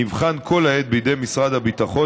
נבחן כל העת בידי משרד הביטחון,